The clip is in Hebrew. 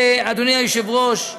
אדוני היושב-ראש,